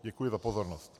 Děkuji za pozornost.